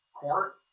court